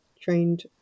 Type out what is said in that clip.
trained